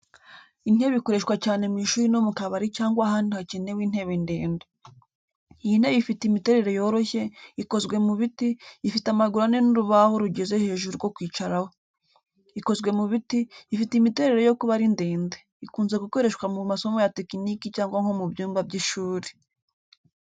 Intebe ikoreshwa cyane mu ishuri no mu kabari cyangwa ahandi hakeneye intebe ndende. Iyi ntebe ifite imiterere yoroshye, ikozwe mu biti, ifite amaguru ane n’urubaho rugeze hejuru rwo kwicaraho. Ikozwe mu biti, ifite imiterere yo kuba ari ndende, ikunze gukoreshwa mu masomo ya tekiniki cyangwa nko mu byumba by’ishuri.